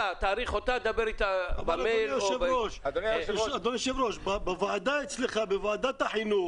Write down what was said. אצלך, אדוני היושב-ראש, בוועדת החינוך,